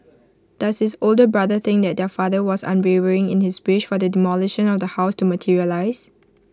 does his older brother think their father was unwavering in his wish for the demolition of the house to materialise